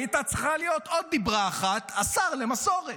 הייתה צריכה להיות עוד דברה אחת: השר למסורת.